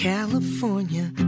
California